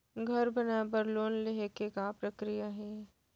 घर बनाये बर लोन लेहे के का प्रक्रिया हे?